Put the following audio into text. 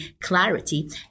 clarity